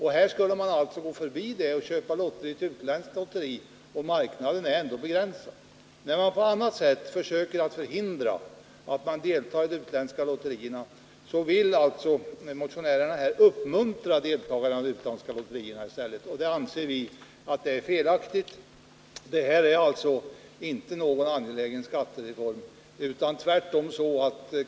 Här skulle man alltså gå förbi detta och köpa lotter i utländskt lotteri — marknaden är dock begränsad. När man på olika sätt försöker förhindra deltagande i utländska lotterier vill motionären uppmuntra till detta. Vi anser att det är felaktigt, och detta är alltså ingen angelägen skattereform.